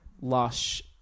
lush